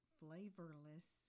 flavorless